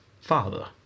Father